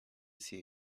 see